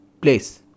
place